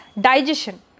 digestion